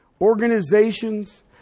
organizations